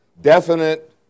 definite